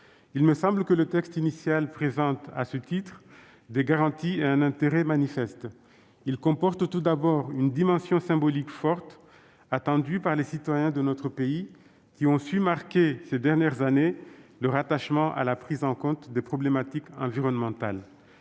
Il me semble que le texte initial présente, à ce titre, des garanties et un intérêt manifestes. Il comporte tout d'abord une dimension symbolique forte, attendue par les citoyens de notre pays, qui ont su marquer, ces dernières années, leur attachement à la prise en considération des problématiques environnementales-